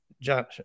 John